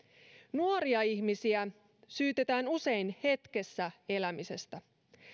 nuoria ihmisiä syytetään usein hetkessä elämisestä